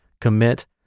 Commit